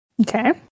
Okay